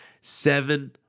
seven